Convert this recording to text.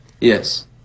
Yes